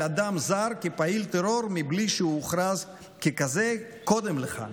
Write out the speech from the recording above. אדם זר כפעיל טרור בלי שהוא הוכרז ככזה קודם לכן